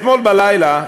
אתמול בלילה,